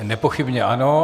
Nepochybně ano.